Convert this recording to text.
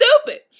stupid